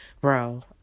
Bro